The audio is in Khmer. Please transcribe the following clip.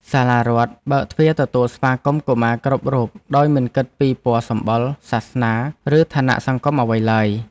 សាលារដ្ឋបើកទ្វារទទួលស្វាគមន៍កុមារគ្រប់រូបដោយមិនគិតពីពណ៌សម្បុរ សាសនា ឬឋានៈសង្គមអ្វីឡើយ។